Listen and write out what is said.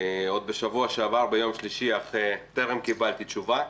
עוד בשבוע שעבר, ביום שלישי, אך טרם קיבלתי תשובה.